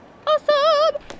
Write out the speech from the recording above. Awesome